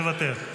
מוותר.